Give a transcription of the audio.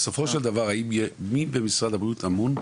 בסופו של דבר מי במשרד הבריאות אמון?